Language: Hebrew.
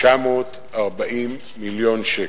940 מיליון שקל.